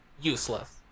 useless